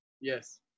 Yes